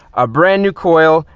a brand new coil,